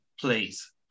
Please